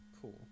Cool